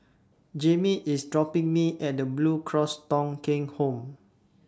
Jayme IS dropping Me At The Blue Cross Thong Kheng Home